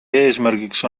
eesmärgiks